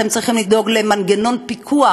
אתם צריכים לדאוג למנגנון פיקוח,